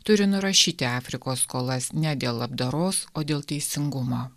turi nurašyti afrikos skolas ne dėl labdaros o dėl teisingumo